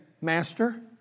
Master